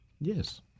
Yes